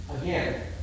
again